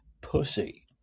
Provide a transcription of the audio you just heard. pussy